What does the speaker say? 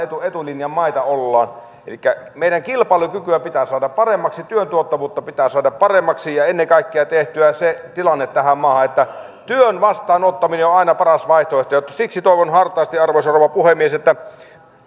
etulinjan maita ollaan meidän kilpailukykyämme pitää saada paremmaksi työn tuottavuutta pitää saada paremmaksi ja ennen kaikkea tehtyä se tilanne tähän maahan että työn vastaanottaminen on aina paras vaihtoehto siksi toivon hartaasti arvoisa rouva puhemies että